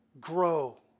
grow